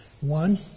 One